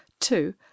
two